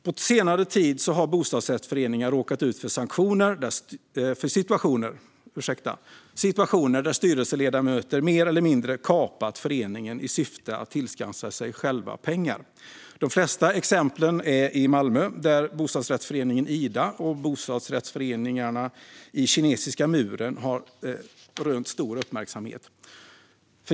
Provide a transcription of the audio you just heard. På senare tid har bostadsrättsföreningar råkat ut för situationer där styrelseledamöter mer eller mindre har kapat föreningen i syfte att tillskansa sig själva pengar. De flesta exemplen är i Malmö där bostadsrättsföreningen Ida och bostadsrättsföreningarna i Kinesiska muren har rönt stor uppmärksamhet.